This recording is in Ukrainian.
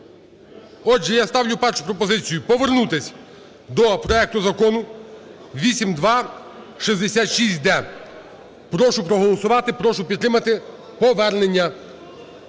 Отже, я ставлю першу пропозицію: повернутись до проекту Закону 8266-д. Прошу проголосувати, прошу підтримати повернення.